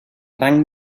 rang